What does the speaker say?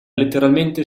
letteralmente